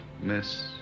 Miss